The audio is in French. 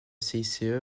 cice